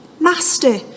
Master